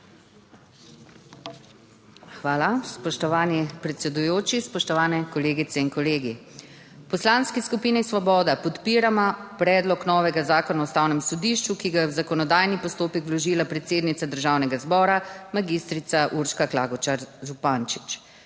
Hvala spoštovani predsedujoči, spoštovane kolegice in kolegi. v Poslanski skupini Svoboda podpiramo predlog novega zakona o ustavnem sodišču, ki ga je v zakonodajni postopek vložila predsednica Državnega zbora magistrica Urška Klakočar 5.